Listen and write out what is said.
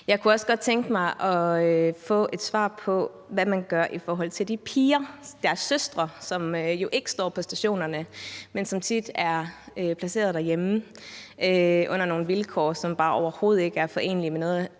Jeg kunne også godt tænke mig at få et svar på, hvad man gør i forhold til de piger, altså drengenes søstre, som jo altså ikke står på stationerne, men som tit er placeret derhjemme under nogle vilkår, som bare overhovedet ikke er forenelige med noget af